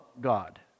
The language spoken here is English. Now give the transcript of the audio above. God